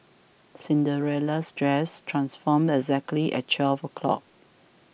Cinderella's dress transformed exactly at twelve o'clock